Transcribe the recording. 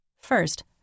First